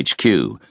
HQ